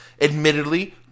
Admittedly